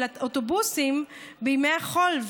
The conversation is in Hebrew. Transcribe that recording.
של האוטובוסים בימי החול,